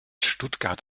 stuttgart